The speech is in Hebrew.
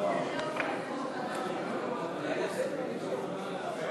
לא